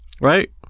Right